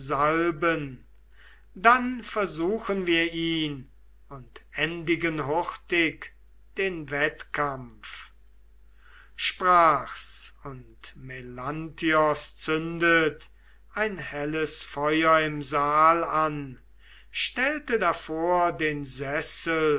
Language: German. dann versuchen wir ihn und endigen hurtig den wettkampf sprach's und melanthios zündet ein helles feuer im saal an stellte davor den sessel